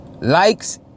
likes